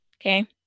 okay